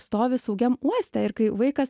stovi saugiam uoste ir kai vaikas